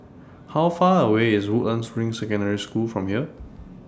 How Far away IS Woodlands Ring Secondary School from here